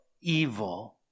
evil